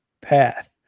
path